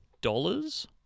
dollars